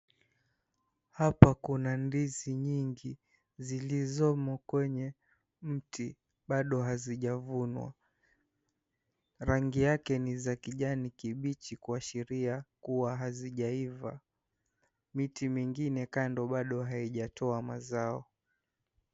Hapa kuna ndizi nyingi zilizomo kwenye mti bado hazijavunwa. Rangi yake ni za kijani kibichi kuashiria kuwa hazijaiva. Miti mingine kando bado haijatoa mazao.